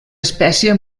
espècie